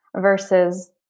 versus